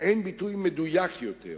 אין ביטוי מדויק יותר